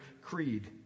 creed